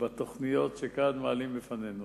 בתוכניות שכאן מעלים לפנינו.